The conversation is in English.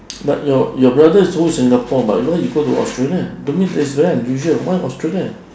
but your your brother is go singapore but why you go to australia to me that's very unusual why australia